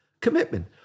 commitment